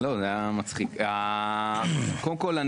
קודם כול,